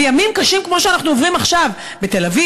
בימים קשים כמו שאנחנו עוברים עכשיו בתל-אביב,